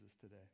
today